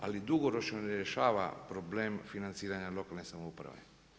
Ali dugoročno ne rješava problem financiranja lokalne samouprave.